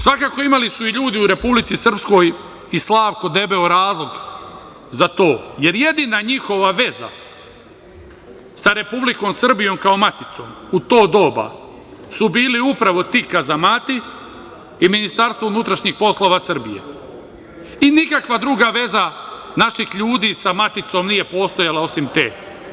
Svakako, imali su i ljudi u Republici Srpskoj i Slavko debeo razlog za to, jer jedina njihova veza sa Republikom Srbijom kao maticom u to doba su bili upravo ti kazamati i Ministarstvo unutrašnjih poslova Srbije i nikakva druga veza naših ljudi sa maticom nije postojala osim te.